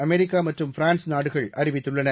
அமெரிக்காமற்றும் France நாடுகள் அறிவித்துள்ளன